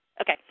Okay